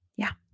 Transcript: yeah.